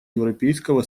европейского